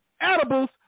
edibles